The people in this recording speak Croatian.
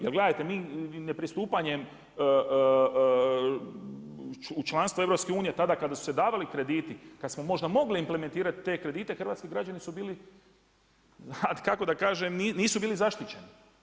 Jer gledajte mi ne pristupanjem u članstvo EU tada kada su se davali krediti, kada smo možda mogli implementirati te kredite hrvatski građani su bili, kako da kažem, nisu bili zaštićeni.